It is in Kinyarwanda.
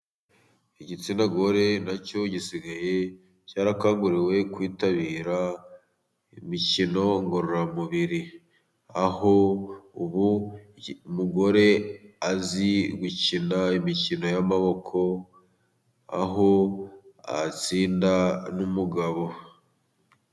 Igitsina gore nacyo gisigaye cyarakanguriwe kwitabira imikino ngororamubiri，aho ubu umugore azi gukina imikino y'amaboko， aho atsinda n'umugabo.